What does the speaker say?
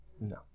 No